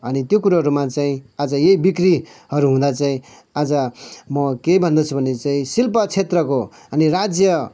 अनि त्यो कुरोहरूमा चाहिँ आज यही बिक्रीहरू हुँदा चाहिँ आज म के भन्दछु भने चाहिँ शिल्प क्षेत्रको अनि राज्य